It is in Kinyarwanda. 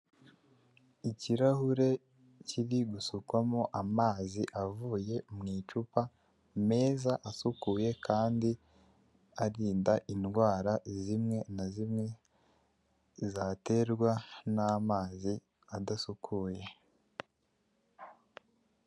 Ikirahure kiri gusukwamo amazi avuye mu icupa meza asukuye kandi arinda indwara zimwe na zimwe zaterwa n'amazi adasukuye.